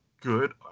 good